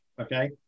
okay